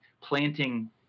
planting